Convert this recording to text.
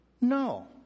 No